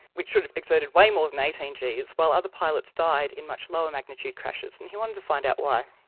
which should have exerted way more than eighteen gs, while other pilots died in much lower magnitude crashes. and he wanted to find out why.